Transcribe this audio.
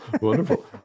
Wonderful